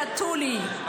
שתו לי,